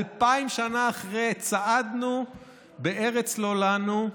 אלפיים שנה אחרי, צעדנו בארץ ללא לנו,